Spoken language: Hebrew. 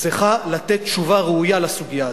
צריכה לתת תשובה ראויה לסוגיה הזאת.